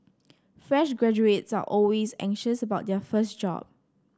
fresh graduates are always anxious about their first job